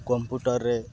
କମ୍ପ୍ୟୁଟରରେ